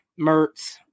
Mertz